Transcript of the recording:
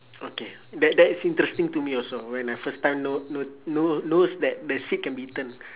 okay that that is interesting to me also when I first time know know know knows that the seed can be eaten